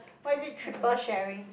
why is it triple sharing